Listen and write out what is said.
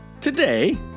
Today